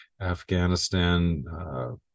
Afghanistan